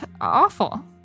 awful